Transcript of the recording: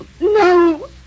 No